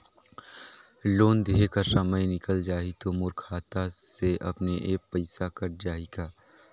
Loan देहे कर समय निकल जाही तो मोर खाता से अपने एप्प पइसा कट जाही का?